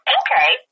okay